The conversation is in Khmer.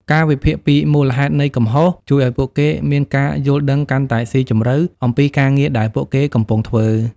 ការវិភាគពីមូលហេតុនៃកំហុសជួយឲ្យពួកគេមានការយល់ដឹងកាន់តែស៊ីជម្រៅអំពីការងារដែលពួកគេកំពុងធ្វើ។